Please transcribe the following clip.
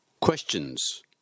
Questions